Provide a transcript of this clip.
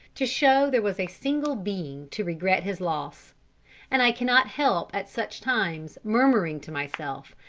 to show there was a single being to regret his loss and i cannot help at such times murmuring to myself,